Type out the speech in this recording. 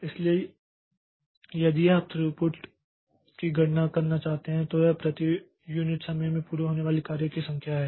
इसलिए यदि आप थ्रूपुट की गणना करना चाहते हैं तो वह प्रति यूनिट समय में पूरे होने वाले कार्य की संख्या है